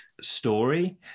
story